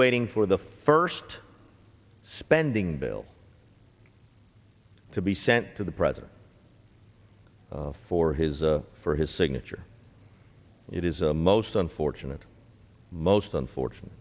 waiting for the first spending bill to be sent to the president for his for his signature it is a most unfortunate most unfortunate